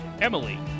Emily